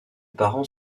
parents